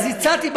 אז הצעתי,